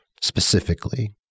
specifically